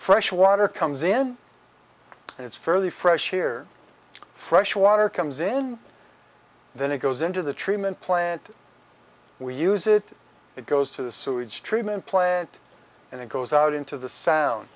fresh water comes in it's fairly fresh air fresh water comes in then it goes into the treatment plant we use it it goes to the sewage treatment plant and it goes out into the sound